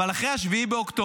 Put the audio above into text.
אבל אחרי 7 באוקטובר,